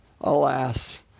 alas